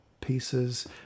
pieces